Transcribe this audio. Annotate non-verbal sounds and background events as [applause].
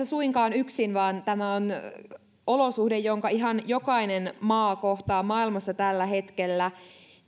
[unintelligible] suinkaan yksin vaan tämä on olosuhde jonka ihan jokainen maa maailmassa kohtaa tällä hetkellä